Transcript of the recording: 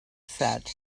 said